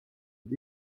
nad